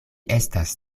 estas